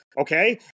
okay